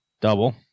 double